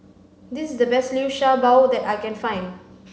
this is the best Liu Sha Bao that I can find